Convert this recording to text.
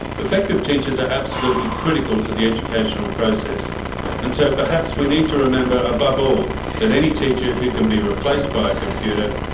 effective teachers are absolutely critical to the educational process and so perhaps we need to remember above all that any teacher who can be replaced by a computer,